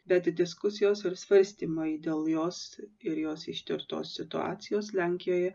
bet diskusijos ir svarstymai dėl jos ir jos ištirtos situacijos lenkijoje